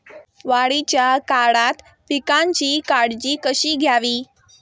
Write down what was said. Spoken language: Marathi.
वाढीच्या काळात पिकांची काळजी कशी घ्यावी?